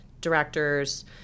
directors